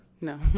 No